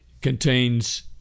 contains